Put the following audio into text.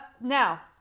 Now